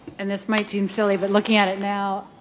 and this might seem silly, but looking at it now,